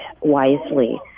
wisely